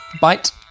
Bite